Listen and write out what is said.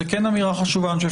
זו כן אמירה חשובה ואני חושב,